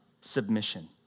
submission